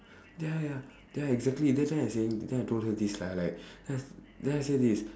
ya ya ya exactly that's why I saying then I told her this lah like then I then I say this